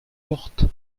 porte